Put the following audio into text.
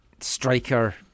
striker